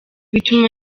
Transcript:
bituma